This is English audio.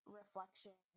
reflection